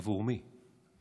עבור מי,